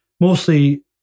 mostly